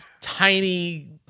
tiny